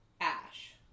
ash